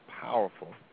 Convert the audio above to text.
powerful